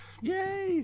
Yay